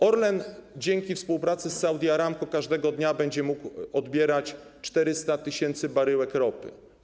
Orlen dzięki współpracy z Saudi Aramco każdego dnia będzie mógł odbierać 400 tys. baryłek ropy.